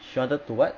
she wanted to [what]